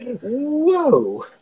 Whoa